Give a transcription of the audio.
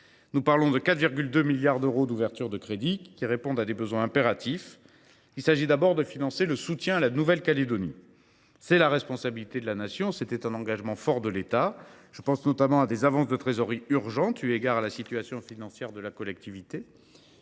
D’un montant de 4,2 milliards d’euros, elles visent à répondre à des besoins impératifs. Il s’agit, tout d’abord, de financer le soutien à la Nouvelle Calédonie. C’est la responsabilité de la Nation et c’est un engagement fort de l’État. Je pense notamment à des avances de trésorerie urgentes, eu égard à la situation financière de la collectivité.